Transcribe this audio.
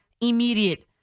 immediate